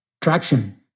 traction